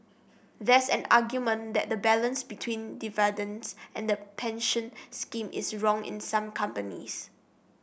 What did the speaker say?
there's an argument that the balance between dividends and the pension scheme is wrong in some companies